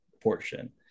portion